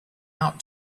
out